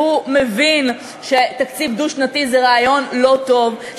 שהוא מבין שתקציב דו-שנתי זה רעיון לא טוב,